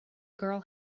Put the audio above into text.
girl